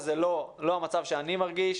אבל זה לא המצב שאני מרגיש.